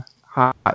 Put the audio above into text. hot